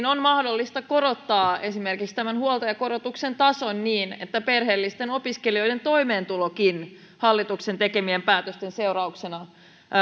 on mahdollista korottaa esimerkiksi tämän huoltajakorotuksen tasoa niin että perheellistenkin opiskelijoiden toimeentulo hallituksen tekemien päätösten seurauksena